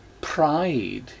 pride